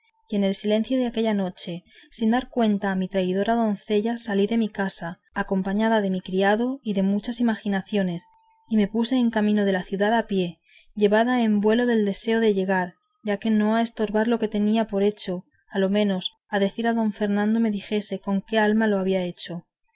y en el silencio de aquella noche sin dar cuenta a mi traidora doncella salí de mi casa acompañada de mi criado y de muchas imaginaciones y me puse en camino de la ciudad a pie llevada en vuelo del deseo de llegar ya que no a estorbar lo que tenía por hecho a lo menos a decir a don fernando me dijese con qué alma lo había hecho